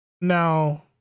now